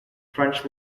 french